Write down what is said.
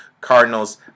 Cardinals